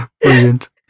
brilliant